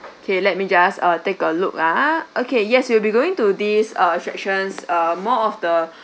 okay let me err just take a look [ah]okay yes you will be going to these uh attractions uh more of the